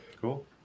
Cool